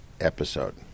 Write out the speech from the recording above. episode